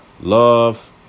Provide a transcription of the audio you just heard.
love